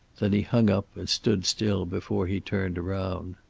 then he hung up and stood still before he turned around